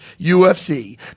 UFC